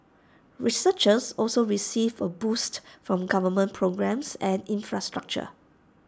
researchers also received A boost from government programmes and infrastructure